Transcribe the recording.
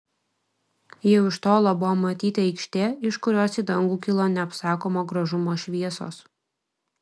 jau iš tolo buvo matyti aikštė iš kurios į dangų kilo neapsakomo gražumo šviesos